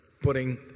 putting